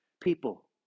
people